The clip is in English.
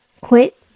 Quit